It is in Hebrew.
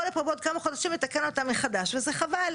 לפה בעוד כמה חודשים לתקן אותה מחדש וזה חבל.